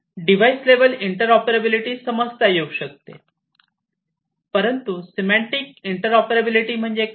device level interoperability समजता येऊ शकते परंतु सिमेंटिक इंटरऑपरेबिलिटी म्हणजे काय